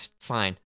fine